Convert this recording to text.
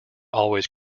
always